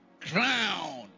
Crown